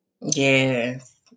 Yes